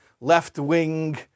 left-wing